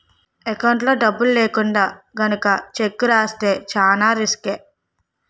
ఎకౌంట్లో డబ్బులు లేకుండా గనక చెక్కు రాస్తే చానా రిసుకే